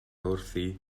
wrthi